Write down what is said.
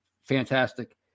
fantastic